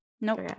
Nope